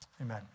Amen